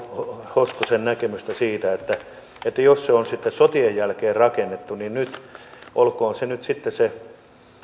hoskosen näkemystä siitä että että jos se on sitten sotien jälkeen rakennettu niin olkoon nyt sitten se